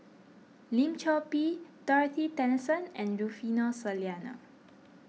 Lim Chor Pee Dorothy Tessensohn and Rufino Soliano